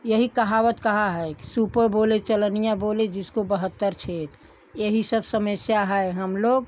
यही कहावत कहा है सूपो बोले चलनिया बोले जिसको बहत्तर छेद यही सब समस्या है हम लोग